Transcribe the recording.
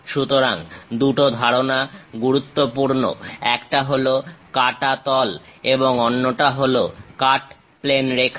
সুতরাং দুটো ধারণা গুরুত্বপূর্ণ একটা হল কাটা তল এবং অন্যটা হল কাট প্লেন রেখা